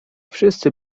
wszyscy